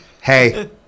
hey